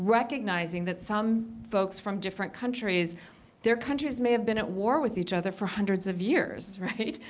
recognizing that some folks from different countries their countries may have been at war with each other for hundreds of years, right?